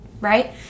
right